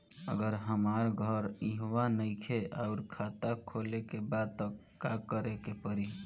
अगर हमार घर इहवा नईखे आउर खाता खोले के बा त का करे के पड़ी?